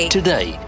today